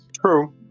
True